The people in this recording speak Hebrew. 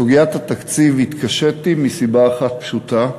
בסוגיית התקציב התקשיתי, מסיבה אחת פשוטה: